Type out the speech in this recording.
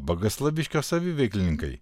bagaslaviškio saviveiklininkai